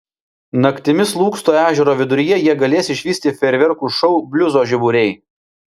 naktimis lūksto ežero viduryje jie galės išvysti fejerverkų šou bliuzo žiburiai